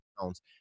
pounds